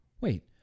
wait